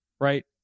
right